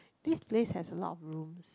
this place has a lot of rooms